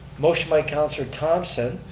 motion by councilor thomson,